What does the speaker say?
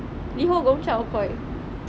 Liho Gongcha or Koi